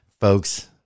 folks